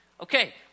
Okay